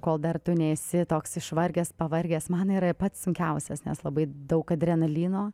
kol dar tu nesi toks išvargęs pavargęs man yra pats sunkiausias nes labai daug adrenalino